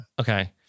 Okay